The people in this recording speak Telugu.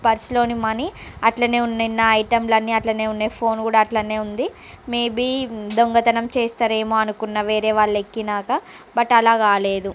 పర్సు లోని మనీ అలానే ఉన్నాయి నా ఐటెం లన్నీ అట్లనే ఉన్నాయి ఫోన్ కూడా అలానే ఉంది మే బి దొంగతనం చేస్తారేమో అనుకున్న వేరే వాళ్లు ఎక్కినాక బట్ అలా కాలేదు